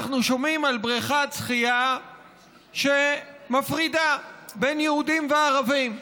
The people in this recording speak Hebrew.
אנחנו שומעים על בריכת שחייה שמפרידה בין יהודים וערבים,